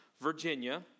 Virginia